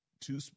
two